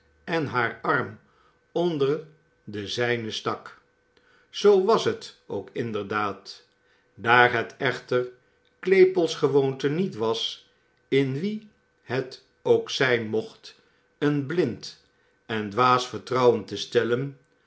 en haar arm onder den zijnen stak zoo was het ook inderdaad daar het echter claypole's gewoonte niet was in wie het ook zijn mocht een blind en dwaas vertrouwen te stellen